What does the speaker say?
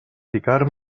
ficar